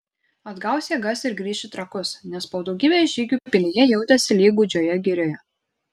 atgaus jėgas ir grįš į trakus nes po daugybės žygių pilyje jautėsi lyg gūdžioje girioje